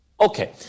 Okay